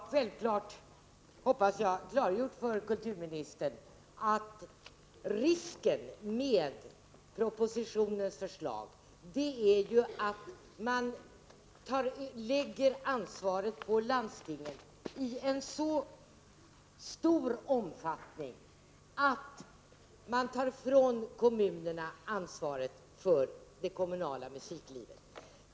Herr talman! Jag har självfallet, hoppas jag, klargjort för kulturministern att risken med propositionens förslag är att man lägger ansvaret på landstingen i så stor omfattning att man tar ifrån kommunerna ansvaret för det kommunala musiklivet.